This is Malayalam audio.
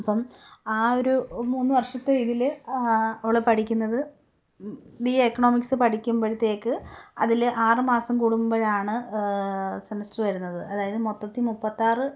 അപ്പം ആ ഒരു മൂന്ന് വർഷത്തെ രീതിയിൽ അവൾ പഠിക്കുന്നത് ബി എ എക്കണോമിക്സ് പഠിക്കുമ്പോഴത്തേക്ക് അതിൽ ആറു മാസം കൂടുമ്പോഴാണ് സെമിസ്റ്റർ വരുന്നത് അതായത് മൊത്തത്തിൽ മുപ്പത്താറ്